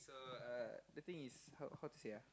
so uh the thing is how how to say ah